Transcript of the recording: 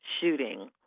shooting